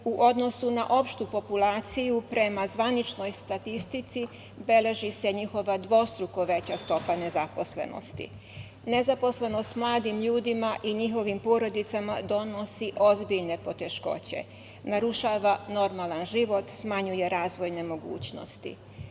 odnosu na opštu populaciju prema zvaničnoj statistici beleži se njihova dvostruko veća stopa nezaposlenosti. Nezaposlenost mladim ljudima i njihovim porodicama donosi ozbiljne poteškoće, narušava normalan život, smanjuje razvoj nemogućnosti.